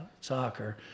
soccer